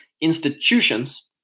institutions